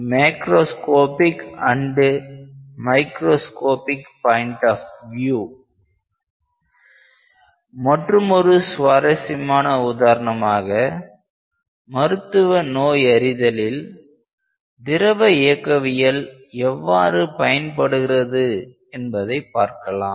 மற்றுமொரு சுவாரஸ்யமான உதாரணமாக மருத்துவ நோயறிதலில் திரவ இயக்கவியல் எவ்வாறு பயன்படுகிறது என்பதை பார்க்கலாம்